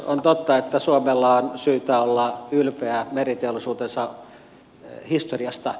on totta että suomella on syytä olla ylpeä meriteollisuutensa historiasta